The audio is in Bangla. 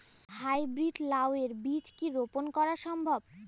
হাই ব্রীড লাও এর বীজ কি রোপন করা সম্ভব?